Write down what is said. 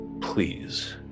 please